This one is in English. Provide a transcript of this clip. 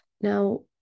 Now